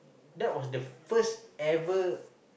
that was the first ever